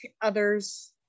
others